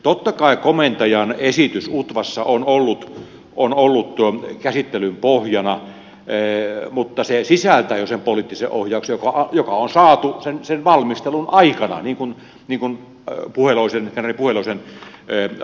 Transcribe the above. totta kai komentajan esitys utvassa on ollut käsittelyn pohjana mutta se sisältää jo sen poliittisen ohjauksen joka on saatu sen valmistelun aikana niin kuin kenraali puheloisen lausuntokin kertoo